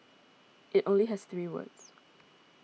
it only has three words